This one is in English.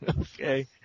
Okay